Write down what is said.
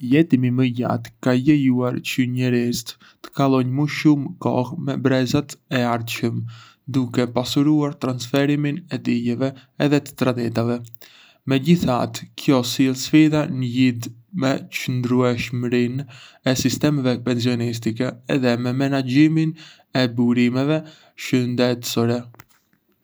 Jetimi më i gjatë ka lejuar çë njerëzit të kalojnë më shumë kohë me brezat e ardhshëm, duke pasuruar transferimin e dijeve edhe të traditave. Megjithatë, kjo sjell sfida në lidhje me çëndrueshmërinë e sistemeve pensionistike edhe me menaxhimin e burimeve shëndetësore.